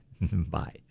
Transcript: Bye